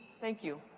thank you.